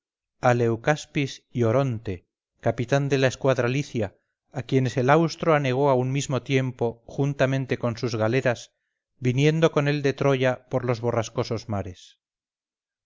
sepultura a leucaspis y oronte capitán de la escuadra licia a quienes el austro anegó a un mismo tiempo juntamente con sus galeras viniendo con él de troya por los borrascosos mares